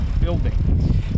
building